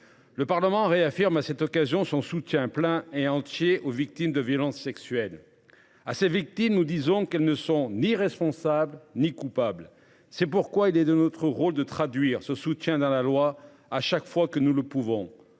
Le Parlement réaffirme à cette occasion son soutien plein et entier aux victimes de violences sexuelles à ses victimes. Nous disons qu'elles ne sont ni responsables ni coupables. C'est pourquoi il est de notre rôle de traduire ce soutien dans la loi à chaque fois que nous le pouvons,